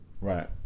Right